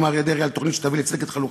אריה דרעי על תוכנית שתביא לצדק חלוקתי.